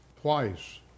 Twice